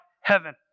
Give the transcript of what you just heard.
heaven